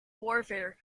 warfare